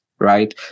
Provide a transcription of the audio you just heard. Right